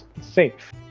safe